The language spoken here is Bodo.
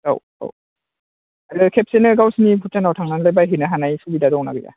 औ औ ओरैनो खेबसेनो गावसोरनि भुटानआव थांनानै बायहैनो हानायनि सुबिदा दंना गोया